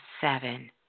seven